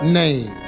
name